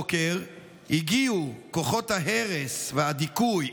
05:00 הגיעו כוחות ההרס והדיכוי,